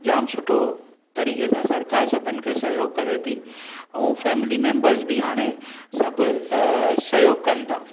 जाम सुठो तरीक़े सा सरकार सभिनि खे सहयोग करे थी ऐं फेमली मेम्बरस बि हाणे सभु सहयोग कनि था